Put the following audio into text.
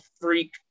freak